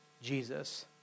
Jesus